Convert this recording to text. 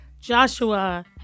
Joshua